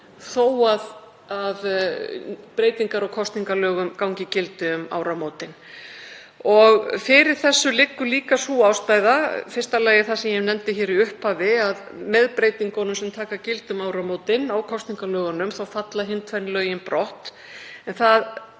þó að breytingar á kosningalögum gangi í gildi um áramótin. Fyrir þessu liggur líka sú ástæða í fyrsta lagi það sem ég nefndi í upphafi, að með breytingunum sem taka gildi um áramótin á kosningalögunum falla hin tvenn lögin brott.